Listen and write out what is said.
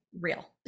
real